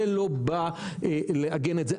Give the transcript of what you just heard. זה לא בא לעגן את זה,